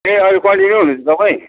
ए अहिले कन्टिन्यू हुनुहुन्छ तपाईँ